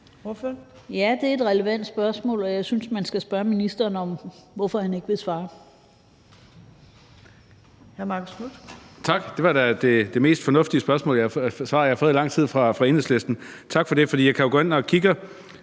Ja, det er et relevant spørgsmål, og jeg synes, man skal spørge ministeren om, hvorfor han ikke vil svare.